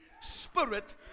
spirit